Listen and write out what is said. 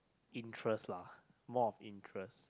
interest lah more of interest